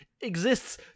exists